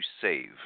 save